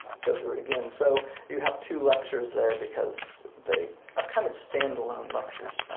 go through it again. so you have two lectures there because they are kind of standalone lectures,